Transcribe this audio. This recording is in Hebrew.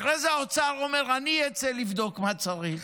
אחרי זה האוצר אומר: אני אצא לבדוק מה צריך,